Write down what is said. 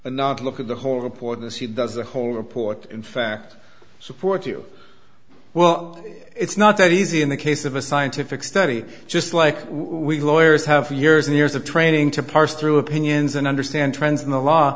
and not look at the whole report to see does the whole report in fact support you well it's not that easy in the case of a scientific study just like we lawyers have years and years of training to parse through opinions and understand trends in the law